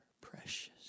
precious